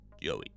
Joey